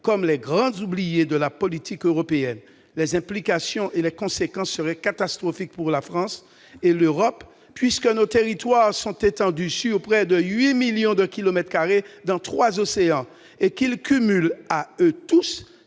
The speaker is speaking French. comme les grandes oubliées de la politique européenne. Les implications et les conséquences seraient catastrophiques pour la France et l'Europe, dans la mesure où nos territoires sont étendus sur près de 8 millions de kilomètres carrés dans trois océans. Ils cumulent à eux tous